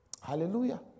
Hallelujah